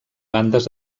bandes